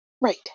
right